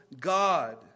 God